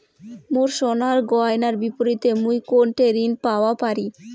মোর সোনার গয়নার বিপরীতে মুই কোনঠে ঋণ পাওয়া পারি?